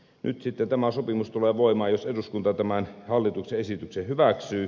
nyt sitten tämä sopimus tulee voimaan jos eduskunta hallituksen esityksen hyväksyy